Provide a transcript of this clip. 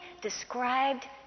described